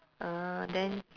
ah then